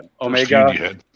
Omega